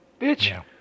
Bitch